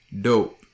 dope